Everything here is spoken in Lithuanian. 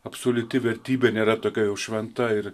absoliuti vertybė nėra tokia jau šventa ir